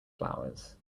flowers